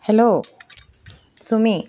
hello Chumi